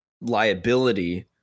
Liability